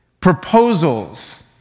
proposals